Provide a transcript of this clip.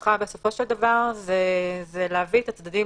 המשפחה בסופו של דבר זה להביא את הצדדים